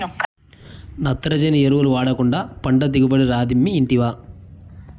నత్రజని ఎరువులు వాడకుండా పంట దిగుబడి రాదమ్మీ ఇంటివా